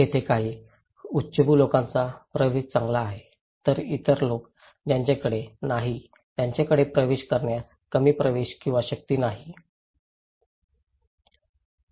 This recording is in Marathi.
तेथे काही उच्चभ्रू लोकांचा प्रवेश चांगला आहे तर इतर लोक ज्यांच्याकडे नाही त्यांच्याकडे प्रवेश करण्यास कमी प्रवेश किंवा शक्ती नाही